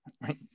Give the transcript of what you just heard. right